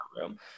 room